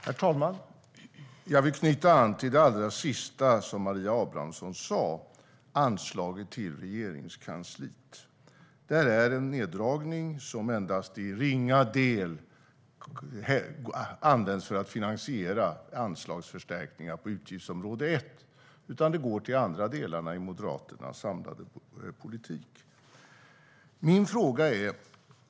Herr talman! Jag vill knyta an till det allra sista som Maria Abrahamsson sa, angående anslagen till Regeringskansliet. Det är en neddragning som endast i ringa del används för att finansiera anslagsförstärkningar på utgiftsområde 1. Det går till andra delar i Moderaternas samlade politik.